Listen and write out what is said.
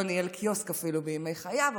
אפילו לא ניהל קיוסק בימי חייו,